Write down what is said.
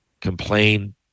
complain